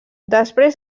després